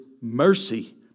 mercy